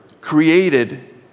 created